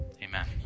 amen